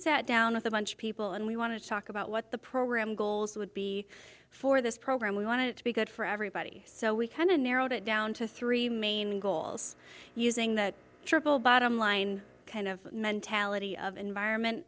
sat down with a bunch of people and we want to talk about what the program goals would be for this program we want it to be good for everybody so we kind of narrowed it down to three main goals using that triple bottom line kind of mentality of environment